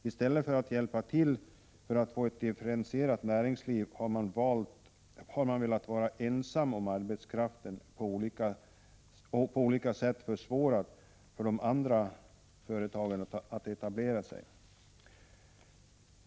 I stället för att hjälpa till för att få ett differentierat näringsliv har de velat vara ensamma om arbetskraften och på olika sätt försvårat för andra företagare att etablera sig.